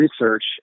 research